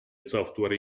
software